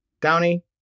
Downey